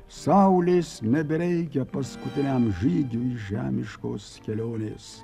saulės nebereikia paskutiniam žygiui žemiškos kelionės